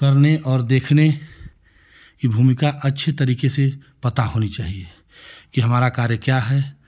करने और देखने की भूमिका अच्छी तरीके से पता होनी चाहिए की हमारा कार्य क्या है